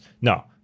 no